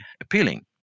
appealing